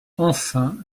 enfin